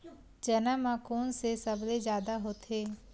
चना म कोन से सबले जादा होथे?